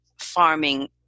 farming